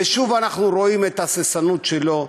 ושוב אנחנו רואים את ההססנות שלו,